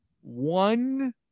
one